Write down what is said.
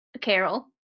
Carol